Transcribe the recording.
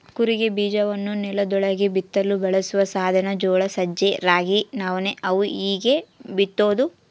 ಕೂರಿಗೆ ಬೀಜವನ್ನು ನೆಲದೊಳಗೆ ಬಿತ್ತಲು ಬಳಸುವ ಸಾಧನ ಜೋಳ ಸಜ್ಜೆ ರಾಗಿ ನವಣೆ ಅವು ಹೀಗೇ ಬಿತ್ತೋದು